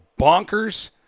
bonkers